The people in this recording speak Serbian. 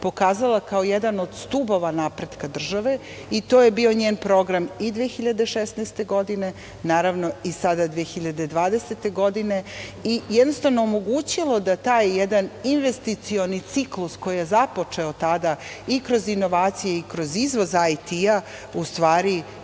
pokazala kao jedan od stubova napretka države i to je bio njen program i 2016. godine, naravno i sada 2020. godine, jednostavno omogućilo da taj jedan investicioni ciklus koji je započeo tada i kroz inovacije i kroz izvoz IT u stvari